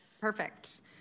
Perfect